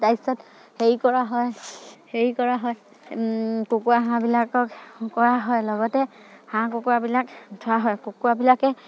তাৰ পিছত হেৰি কৰা হয় হেৰি কৰা হয় কুকুৰা হাঁহবিলাকক কৰা হয় লগতে হাঁহ কুকুৰাবিলাক ধোৱা হয় কুকুৰাবিলাকে